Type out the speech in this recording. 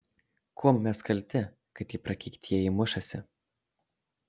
kuom mes kalti kad tie prakeiktieji mušasi